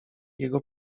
jego